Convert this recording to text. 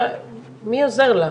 מי עוזר לה?